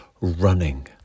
Running